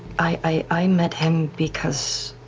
i met him because,